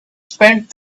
spent